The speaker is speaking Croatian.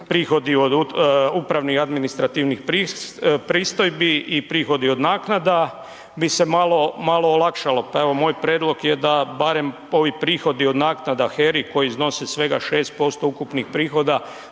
prihodi od upravnih i administrativnih pristojbi i prihodi od naknada, bi se malo, malo olakšalo, pa evo moj predlog je da barem ovi prihodi od naknada HERA-i koji iznose svega 6% ukupnih prihoda,